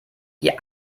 die